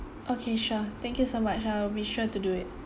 okay sure thank you so much I will be sure to do it